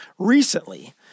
Recently